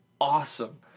awesome